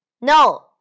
No